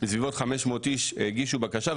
בסביבות 500 איש הגישו בקשה,